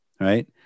Right